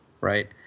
right